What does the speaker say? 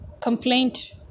complaint